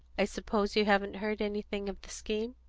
i suppose you haven't heard anything of the scheme?